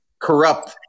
corrupt